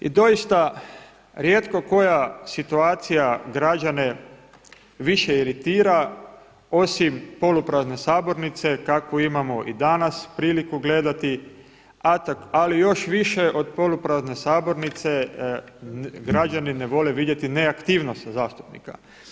I doista rijetko koja situacija građane više iritira osim poluprazne sabornice kakvu imamo i danas priliku gledati, ali još više od poluprazne sabornice, građani ne vole vidjeti neaktivnost zastupnika.